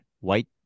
white